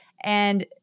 And-